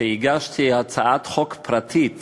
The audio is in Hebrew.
כשהגשתי הצעת חוק פרטית